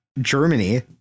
Germany